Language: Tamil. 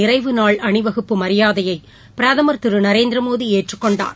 நிறைவுநாள் அணிவகுப்பு மரியாதையை பிரதமர் திரு நரேந்திரமோடி ஏற்றுக்கொண்டார்